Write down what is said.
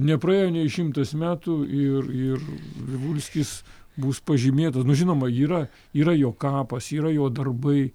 nepraėjo nei šimtas metų ir ir vivulskis bus pažymėtas nu žinoma yra yra jo kapas yra jo darbai